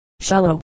shallow